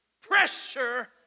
Pressure